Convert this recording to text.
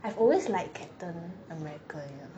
I've always liked captain america